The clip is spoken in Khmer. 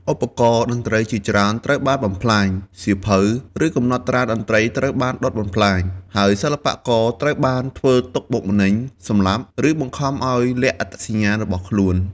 ឧបករណ៍តន្ត្រីជាច្រើនត្រូវបានបំផ្លាញ សៀវភៅ ឬកំណត់ត្រាតន្ត្រីត្រូវបានដុតបំផ្លាញ ហើយសិល្បករត្រូវបានធ្វើទុក្ខបុកម្នេញ សម្លាប់ ឬបង្ខំឱ្យលាក់អត្តសញ្ញាណរបស់ខ្លួន។